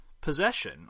possession